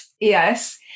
Yes